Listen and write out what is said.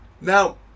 Now